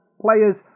Players